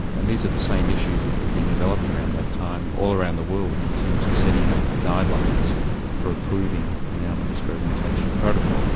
and these are the same issues that have been developed around that time all around the world in terms of setting up the guidelines for approving an animal experimentation protocol.